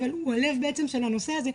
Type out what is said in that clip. אבל הוא הלב של הנושא הזה ,